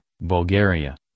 Bulgaria